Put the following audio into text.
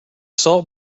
salt